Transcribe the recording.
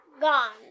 gone